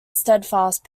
steadfast